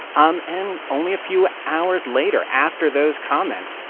um and only a few hours later, after those comments,